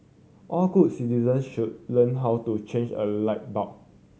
all good citizens should learn how to change a light bulb